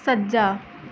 ਸੱਜਾ